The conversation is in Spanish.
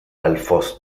alfoz